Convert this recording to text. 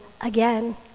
again